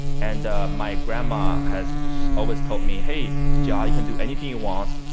and my grandma has always told me, hey jia, you can do anything you want,